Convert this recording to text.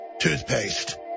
toothpaste